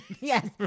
Yes